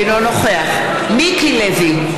אינו נוכח מיקי לוי,